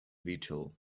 beetle